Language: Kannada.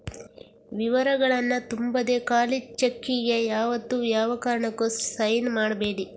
ವಿವರಗಳನ್ನ ತುಂಬದೆ ಖಾಲಿ ಚೆಕ್ಕಿಗೆ ಯಾವತ್ತೂ ಯಾವ ಕಾರಣಕ್ಕೂ ಸೈನ್ ಮಾಡ್ಬೇಡಿ